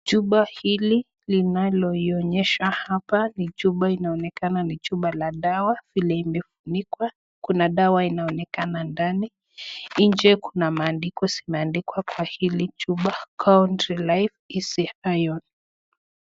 Chupa hili linaloionyesha hapa ni chupa linaloonekana ni chupa la dawa limeandikwa, kuna dawa linaonekana ndani, nje Kuna maandiko imeandikwa kwa hili chupa "country life easy iron".